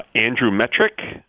andrew metrick,